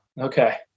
Okay